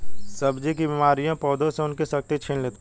सब्जी की बीमारियां पौधों से उनकी शक्ति छीन लेती हैं